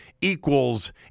equals